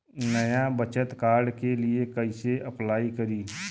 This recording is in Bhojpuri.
नया बचत कार्ड के लिए कइसे अपलाई करी?